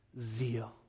zeal